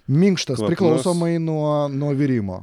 minkštas priklausomai nuo nuo virimo